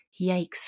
yikes